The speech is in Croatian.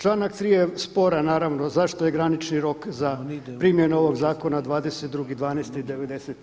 Članak 3. je sporan naravno zašto je granični rok za primjenu ovoga zakona 22.12.90.